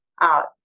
out